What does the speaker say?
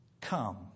Come